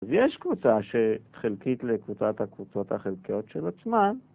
‫אז יש קבוצה חלקית לקבוצת ‫הקבוצות החלקיות של עצמן...